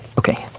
ok,